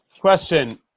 Question